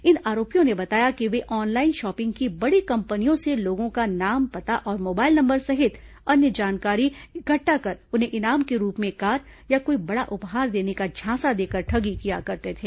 इन आरोपियों ने बताया कि वे ऑनलाइन शॉपिंग की बड़ी कंपनियों से लोगों का नाम पता और मोबाइल नंबर सहित अन्य जानकारी इकट्ठा कर उन्हें इनाम के रूप में कार या कोई बड़ा उपहार देने का झांसा देकर ठगी किया करते थे